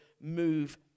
move